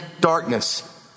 darkness